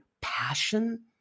passion